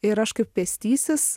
ir aš kaip pėstysis